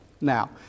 Now